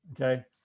Okay